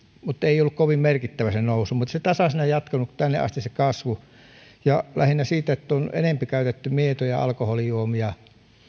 mutta ei ollut kovin merkittävä se nousu mutta se kasvu on tasaisena jatkunut tänne asti lähinnä siksi että on enempi käytetty mietoja alkoholijuomia